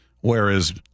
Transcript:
Whereas